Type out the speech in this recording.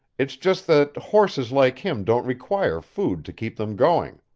it's just that horses like him don't require food to keep them going.